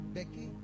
Becky